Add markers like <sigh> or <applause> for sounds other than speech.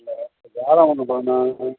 இல்லை இப்போ ஜாதகம் ஒன்று <unintelligible>